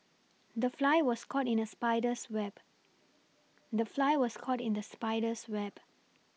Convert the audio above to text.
the fly was caught in the spider's web the fly was caught in the spider's web